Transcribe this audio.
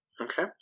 Okay